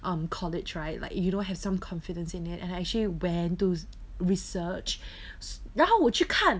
um college right like you don't have some confidence in it and actually went to research 然后我去看